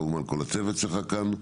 כמובן כל הצוות שלך כאן.